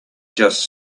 just